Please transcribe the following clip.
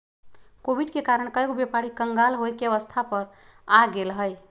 Covid के कारण कएगो व्यापारी क़ँगाल होये के अवस्था पर आ गेल हइ